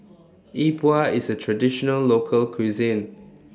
Yi Bua IS A Traditional Local Cuisine